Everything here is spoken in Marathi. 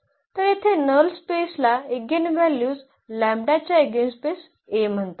तर येथे नल स्पेसला इगेनव्हल्यूज च्या एइगेनस्पेस A म्हणतात